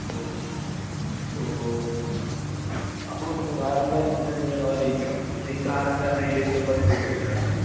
ഓ ഓ അപ്പോൾ നിങ്ങൾ കാറെന്തായാലും വന്ന് കഴിഞ്ഞാൽ ഞങ്ങളെ അറിയിക്കണം ഈ കാറിന്റെ മൈലേജ് കപ്പാസിറ്റിയൊക്കെ എങ്ങനാണ് വരുന്നത്